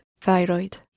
thyroid